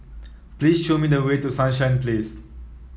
please show me the way to Sunshine Place